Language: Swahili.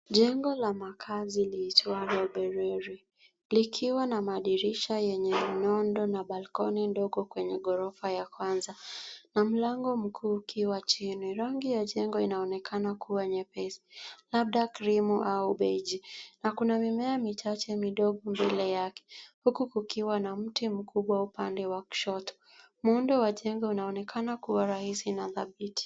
Jengo la makaazi liitwalo Beriri, likiwa na madirisha yenye nondo na balkoni ndogo kwenye ghorofa ya kwanza na mlango mkuu ukiwa chini. Rangi ya jengo inaonekana kuwa nyepesi labda krimu au beige na kuna mimea michache midogo mbele yake, huku kukiwa na mti mkubwa upande wa kushoto. Muundo wa jengo unaonekana kuwa rahisi na dhabiti.